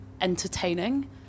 entertaining